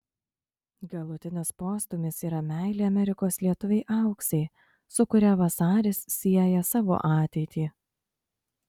galutinis postūmis yra meilė amerikos lietuvei auksei su kuria vasaris sieja savo ateitį